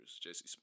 Jesse